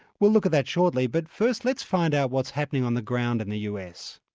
we'll look at that shortly, but first, let's find out what's happening on the ground in the us.